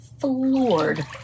floored